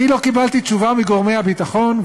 אני לא קיבלתי תשובה מגורמי הביטחון,